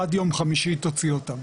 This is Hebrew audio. עד יום חמישי תוציא אותם